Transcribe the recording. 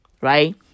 right